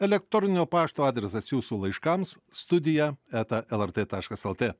elektroninio pašto adresas jūsų laiškams studija eta lrt taškas lt